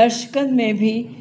दर्शकनि में बि